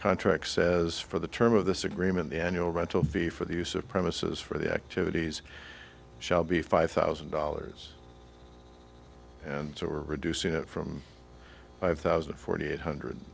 contract says for the term of this agreement the annual rental fee for the use of premises for the activities shall be five thousand dollars and so are reducing it from five thousand and forty eight hundred